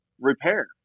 repair